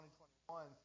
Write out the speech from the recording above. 2021